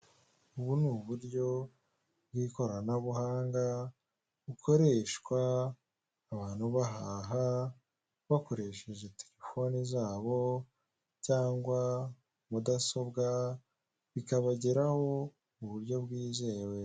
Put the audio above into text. Ubu ni uburyo bw'ikoranabuhanga bukoreshwa abantu bahaha bakoresheje terefoni zabo cyangwa mudasobwa bikabageraho mu buryo bwizewe.